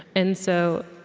and so,